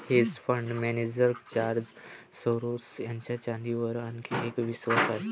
hedge fund manager George Soros यांचा चांदीवर आणखी एक विश्वास आहे